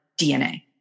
DNA